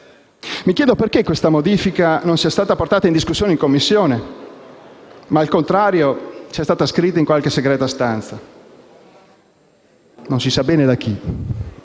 mi chiedo perché questa modifica non sia stata portata in discussione in Commissione, ma al contrario sia stata scritta in qualche segreta stanza (non si sa bene da chi)